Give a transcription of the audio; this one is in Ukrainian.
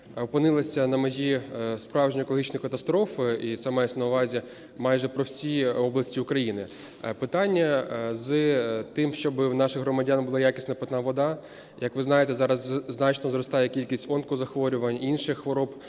опинилася на межі справжньої екологічної катастрофи. І це мається на увазі майже про всі області України. Питання з тим, щоб у наших громадян була якісна питна вода, як ви знаєте, зараз значно зростає кількість онкозахворювань, інших хвороб,